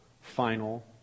final